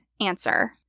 answer